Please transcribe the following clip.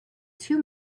two